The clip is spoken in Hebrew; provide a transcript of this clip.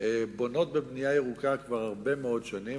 בונות בנייה ירוקה כבר הרבה מאוד שנים.